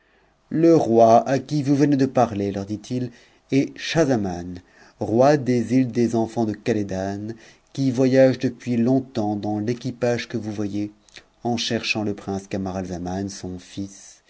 le roi à qui vous venez er leur dit-il est schahzaman roi des mes des enfants de khalequi'voyage depuis longtemps dans l'équipage que vous voyez en h chant le prince camaralzaman son